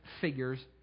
figures